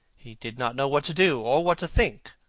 he did not know what to do, or what to think.